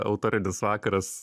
autorinis vakaras